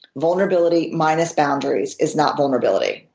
vulnerability minus boundaries is not vulnerability.